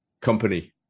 company